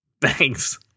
Thanks